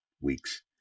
weeks